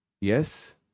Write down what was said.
yes